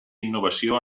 innovació